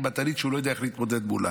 אימתנית שהוא לא יודע איך להתמודד מולה.